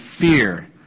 fear